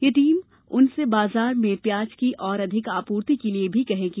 यह टीम उनसे बाजार में प्याज की और अधिक आपूर्ति के लिए भी कहेगी